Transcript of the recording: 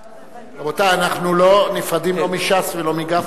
רבותי, אנחנו לא נפרדים, לא מש"ס ולא מגפני.